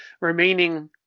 remaining